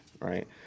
right